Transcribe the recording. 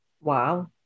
Wow